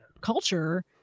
culture